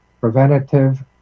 Preventative